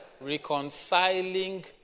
Reconciling